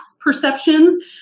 perceptions